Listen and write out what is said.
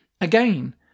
Again